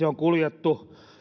on kuljettu